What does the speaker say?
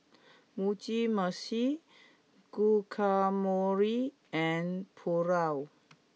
Mugi meshi Guacamole and Pulao